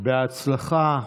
בהצלחה,